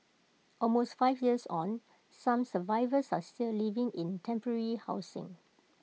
almost five years on some survivors are still living in temporary housing